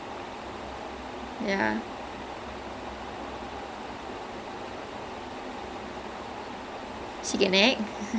I know right like I I I haven't watched it yet but then when I heard that she acted well my first response was அவங்களுக்கு நடிக்க தெரியுமா:avangaluku nadikka theriyumaa